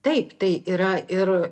taip tai yra ir